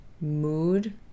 mood